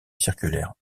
circulaires